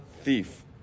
thief